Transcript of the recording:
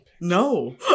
No